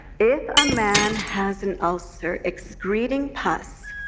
if a man has an ulcer excreting puss,